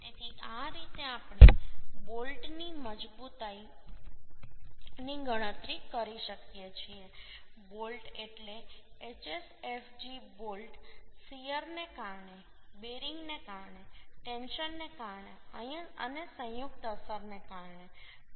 તેથી આ રીતે આપણે બોલ્ટની મજબૂતાઈની ગણતરી કરી શકીએ છીએ બોલ્ટ એટલે HSFG બોલ્ટ શીયરને કારણે બેરિંગને કારણે ટેન્શનને કારણે અને સંયુક્ત અસરને કારણે